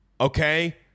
Okay